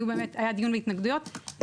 היה דיון בהתנגדויות,